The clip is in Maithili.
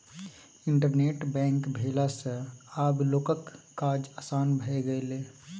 इंटरनेट बैंक भेला सँ आब लोकक काज आसान भए गेलै